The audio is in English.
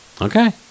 Okay